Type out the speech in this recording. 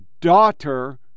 daughter